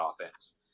offense